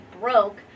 broke